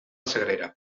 sagrera